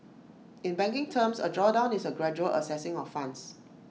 in banking terms A drawdown is A gradual accessing of funds